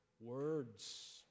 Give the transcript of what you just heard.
words